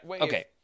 okay